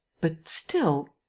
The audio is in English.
but, still.